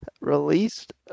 released